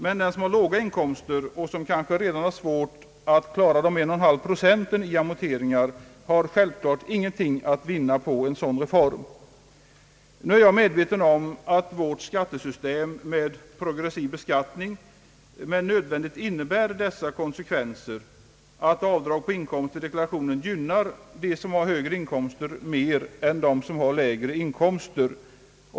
Men den som har låga inkomster och kanske redan har svårt att klara 1,5 procent i amorteringar har ingenting att vinna på en sådan reform. Jag är medveten om att vårt skattesystem med progressiv beskattning nödvändigtvis innebär den konsekvensen att avdrag på inkomster vid deklarationen gynnar dem som har högre inkomster mer än dem som har lägre inkomster.